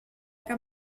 cap